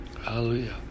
Hallelujah